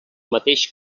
mateix